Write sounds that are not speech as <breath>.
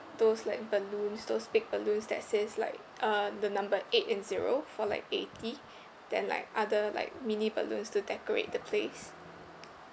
those like balloons those big balloons that says like uh the number eight and zero for like eighty <breath> then like other like mini balloons to decorate the place